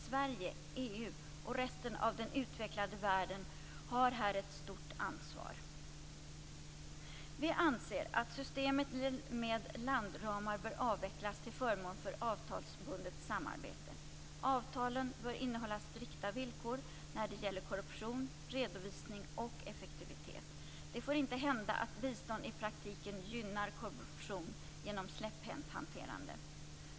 Sverige, EU och resten av den utvecklade världen har här ett stort ansvar. Vi anser att systemet med landramar bör avvecklas till förmån för avtalsbundet samarbete. Avtalen bör innehålla strikta villkor när det gäller korruption, redovisning och effektivitet. Det får inte hända att bistånd i praktiken gynnar korruption genom släpphänt hanterande.